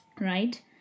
right